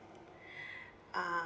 uh